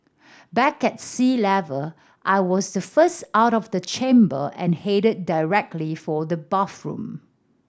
back at sea level I was the first out of the chamber and headed directly for the bathroom